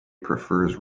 prefers